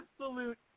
absolute